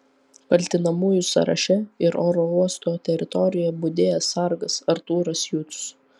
kaltinamųjų sąraše ir oro uosto teritorijoje budėjęs sargas artūras jucius